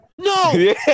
No